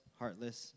heartless